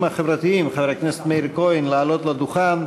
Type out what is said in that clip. החברתיים חבר הכנסת מאיר כהן לעלות לדוכן,